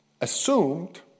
assumed